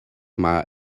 mae